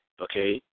okay